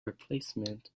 replacement